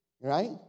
right